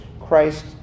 Christ